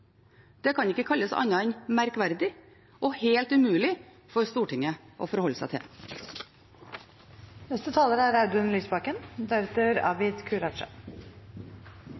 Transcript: Det kan ikke kalles annet enn merkverdig og helt umulig for Stortinget å forholde seg